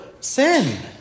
sin